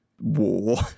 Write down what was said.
war